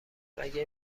مگه